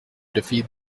defeat